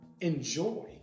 enjoy